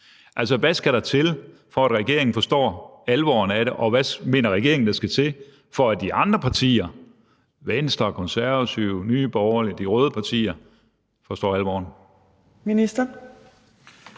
700? Hvad skal der til, for at regeringen forstår alvoren af det, og hvad mener regeringen der skal til, for at de andre partier, Venstre, Konservative, Nye Borgerlige, de røde partier, forstår alvoren? Kl.